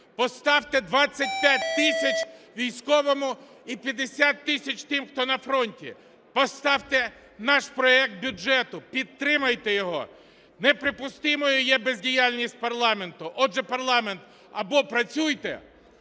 Поставте 25 тисяч військовому і 50 тисяч тим, хто на фронті. Поставте наш проект бюджету, підтримайте його. Неприпустимою є бездіяльність парламенту, отже, парламент, або працюйте,